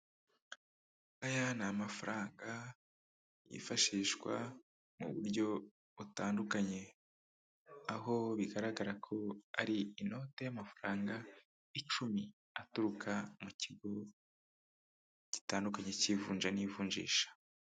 Aya ni amafaranga yifashishwa mu buryo butandukanye, aho bigaragara ko ari inote y'amafaranga icumi aturuka mu kigo gitandukanye cy'ivunja n'ivunjisha.